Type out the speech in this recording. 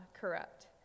corrupt